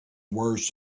worse